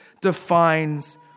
defines